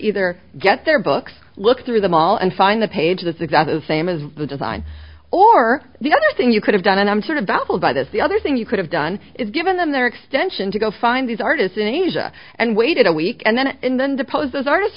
either get their books look through them all and find the page that's exactly the same as the design or the other thing you could have done and i'm sort of vessel by this the other thing you could have done is given them their extension to go find these artists in asia and waited a week and then and then depose